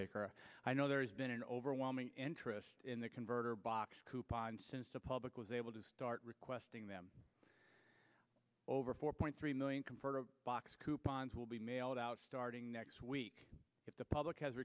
martin i know there's been an overwhelming interest in the converter box coupons since the public was able to start requesting them over four point three million converter box coupons will be mailed out starting next week if the public has